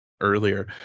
Earlier